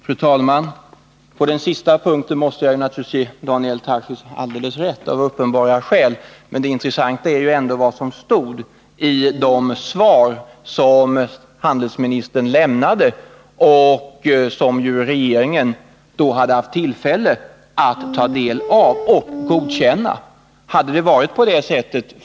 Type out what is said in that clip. Fru talman! På den sista punkten måste jag, av uppenbara skäl, naturligtvis ge Daniel Tarschys rätt. Men det intressanta är ändå vad som stod i de svar som handelsministern lämnade — svar som regeringen då hade haft tillfälle att ta del av och godkänna.